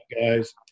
guys